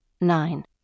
Nine